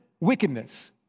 wickedness